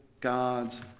God's